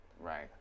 Right